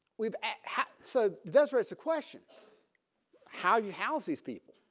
we've had. so does raise the question how you house these people.